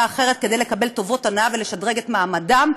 אחרת כדי לקבל טובות הנאה ולשדרג את מעמדם,